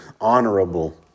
honorable